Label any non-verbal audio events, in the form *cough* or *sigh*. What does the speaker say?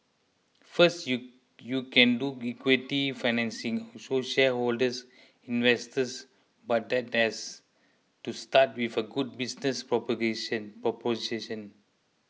first you you can do equity financing so shareholders investors but that has to start with a good business *unintelligible* proposition